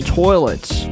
toilets